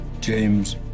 James